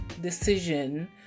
decision